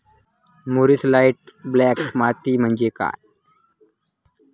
मूरिश light black माती म्हणजे काय?